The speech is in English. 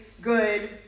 good